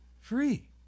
free